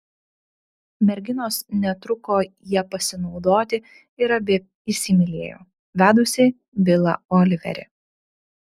merginos netruko ja pasinaudoti ir abi įsimylėjo vedusį bilą oliverį